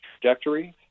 trajectory